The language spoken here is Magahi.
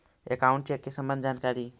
अकाउंट चेक के सम्बन्ध जानकारी?